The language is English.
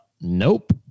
nope